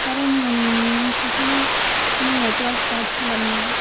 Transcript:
কারণ সেখানে কোনো নেটওয়ার্ক পাছিলাম না